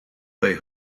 they